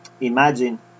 Imagine